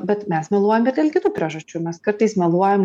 bet mes meluojame dėl kitų priežasčių mes kartais meluojam